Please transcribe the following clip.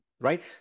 right